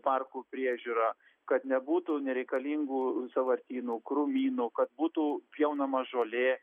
parkų priežiūra kad nebūtų nereikalingų sąvartynų krūmynų kad būtų pjaunama žolė